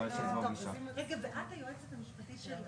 את השינוי ואת המהפכה בתחבורה הציבורית במדינת